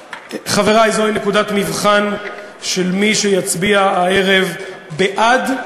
חברי, זו נקודת מבחן של מי שיצביע הערב בעד,